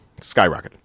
skyrocketed